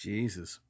Jesus